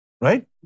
right